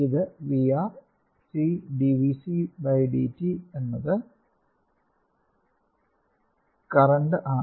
ഇത് VR C×dvcdt എന്നത് current ആണ്